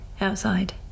outside